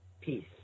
Peace